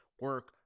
Work